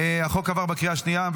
החוק עבר בקריאה השנייה.